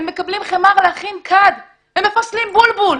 הם מקבלים חימר להכין כד, הם מפסלים בולבול.